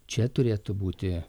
čia turėtų būti